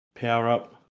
power-up